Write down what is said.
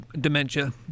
dementia